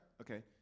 Okay